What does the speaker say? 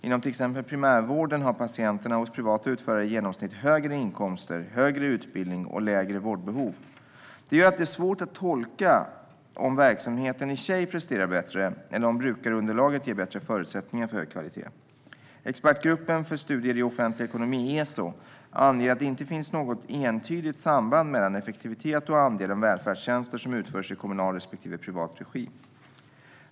Inom till exempel primärvården har patienterna hos privata utförare i genomsnitt högre inkomster, högre utbildning och lägre vårdbehov. Detta gör att det är svårt att tolka om verksamheten i sig presterar bättre eller om brukarunderlaget ger bättre förutsättningar för hög kvalitet. Expertgruppen för studier i offentlig ekonomi, ESO, anger att det inte finns något entydigt samband mellan effektivitet och andelen välfärdstjänster som utförs i kommunal respektive privat regi.